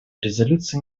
резолюция